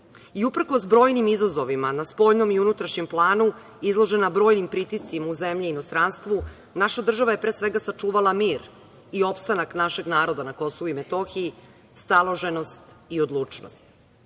i uprkos brojnim izazovima na spoljnom i unutrašnjem planu, izložena brojnim pritiscima u zemlji i inostranstvu naša država je pre svega sačuvala mir i opstanak našeg naroda na KiM, staloženost i odlučnost. To